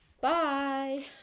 Bye